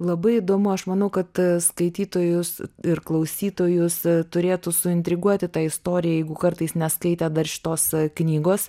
labai įdomu aš manau kad skaitytojus ir klausytojus turėtų suintriguoti ta istorija jeigu kartais neskaitę dar šitos knygos